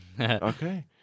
Okay